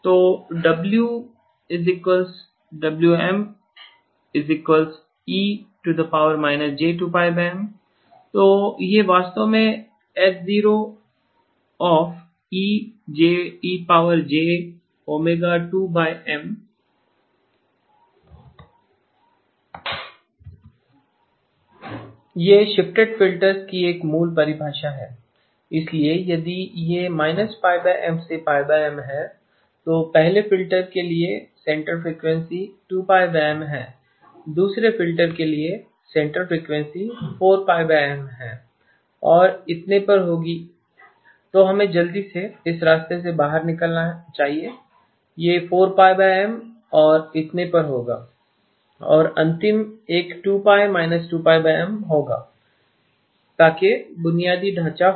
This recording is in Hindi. तो WWMe−j2πM तो यह वास्तव में H0 ejω 2 M यह शिफ्टेड फ़िल्टर्स की एक मूल परिभाषा है इसलिए यदि यह πM से πM है तो पहले फ़िल्टर के लिए सेंटर फ्रीक्वेंसी 2πM है दूसरे फ़िल्टर के लिए सेंटर फ्रीक्वेंसी 4π M और इतने पर होगी तो हमें जल्दी से इस रास्ते से बाहर निकलना चाहिए यह 4πM और इतने पर होगा और अंतिम एक 2 π 2π M होगा ताकि बुनियादी ढांचा हो